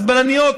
אז בלניות,